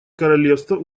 королевство